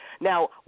Now